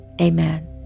Amen